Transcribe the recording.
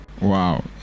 Wow